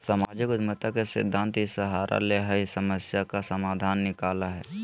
सामाजिक उद्यमिता के सिद्धान्त इ सहारा ले हइ समस्या का समाधान निकलैय हइ